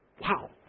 Wow